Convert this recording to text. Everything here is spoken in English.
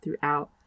throughout